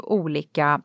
olika